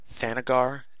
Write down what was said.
Thanagar